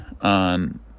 on